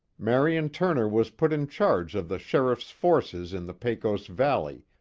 marion turner was put in charge of the sheriff's forces in the pecos valley,